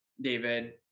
David